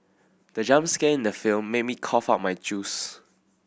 the jump scare in the film made me cough out my juice